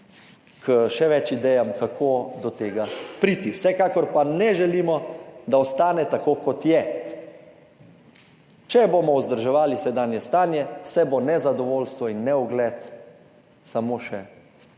k še več idejam, kako do tega priti. Vsekakor pa ne želimo, da ostane tako, kot je. Če bomo vzdrževali sedanje stanje, se bosta nezadovoljstvo in neugled samo še